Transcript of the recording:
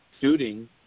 shooting